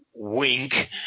Wink